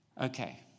Okay